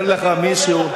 אומר לך מישהו,